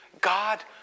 God